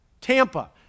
Tampa